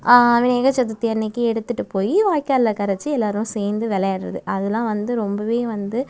விநாயகர் சதுர்த்தி அன்னைக்கு எடுத்துட்டு போய் வாய்க்காலில் கரைச்சி எல்லாரும் சேர்ந்து விளையாட்றது அதெலாம் வந்து ரொம்ப வந்து